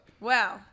Wow